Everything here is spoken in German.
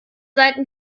seiten